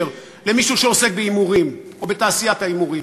למישהו שעוסק בהימורים או בתעשיית ההימורים.